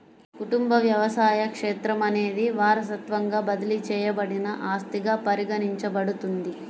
కుటుంబ వ్యవసాయ క్షేత్రం అనేది వారసత్వంగా బదిలీ చేయబడిన ఆస్తిగా పరిగణించబడుతుంది